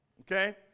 Okay